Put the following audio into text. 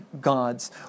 gods